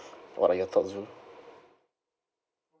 what are your thoughts zul